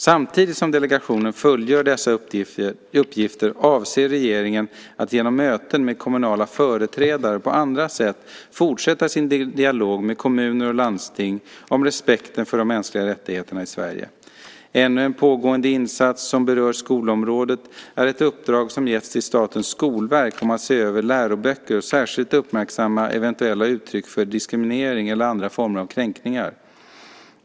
Samtidigt som delegationen fullgör dessa uppgifter avser regeringen att genom möten med kommunala företrädare och på andra sätt fortsätta sin dialog med kommuner och landsting om respekten för de mänskliga rättigheterna i Sverige. Ännu en pågående insats som berör skolområdet är ett uppdrag som getts till Statens skolverk om att se över läroböcker och särskilt uppmärksamma eventuella uttryck för diskriminering eller andra former av kränkningar.